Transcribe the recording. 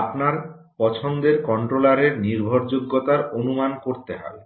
আপনার পছন্দের কন্ট্রোলারের নির্ভরযোগ্যতার অনুমান করতে হবে